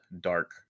dark